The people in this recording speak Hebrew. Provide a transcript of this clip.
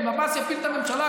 ואם עבאס יפיל את הממשלה,